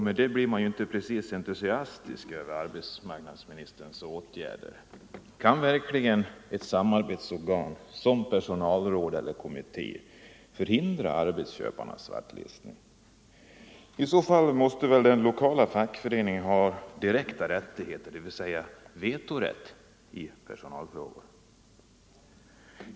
Man blir ju inte precis entusiastisk över arbetsministerns åtgärder. Kan verkligen ett samarbetsorgan som personalråd eller personalkommitté förhindra arbetsköparnas svartlistning? I så fall måste den lokala fackföreningen ha direkta rättigheter, dvs. vetorätt i personalfrågor.